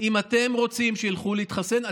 אם אתם רוצים שילכו להתחסן,